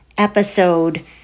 episode